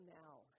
now